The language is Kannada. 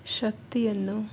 ಶಕ್ತಿಯನ್ನು